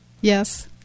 Yes